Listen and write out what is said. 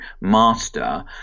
master